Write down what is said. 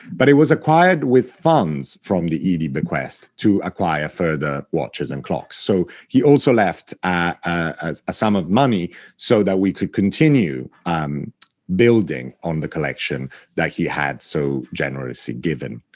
but it was acquired with funds from the edey bequest to acquire further watches and clocks. so, he also left a sum of money so that we could continue um building on the collection that he had so generously given.